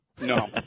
No